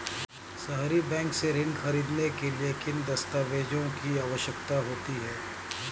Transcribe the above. सहरी बैंक से ऋण ख़रीदने के लिए किन दस्तावेजों की आवश्यकता होती है?